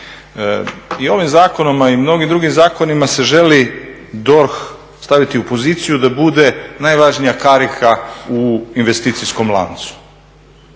i ovim zakonom i mnogim drugim zakonima se želi DORH staviti u poziciju da bude najvažnija karika u investicijskom lancu.